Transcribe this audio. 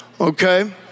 okay